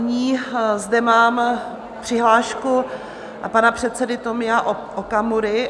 Nyní zde mám přihlášku pana předsedy Tomia Okamury.